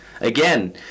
Again